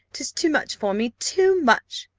tis too much for me too much!